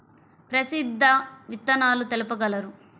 ప్రసిద్ధ విత్తనాలు తెలుపగలరు?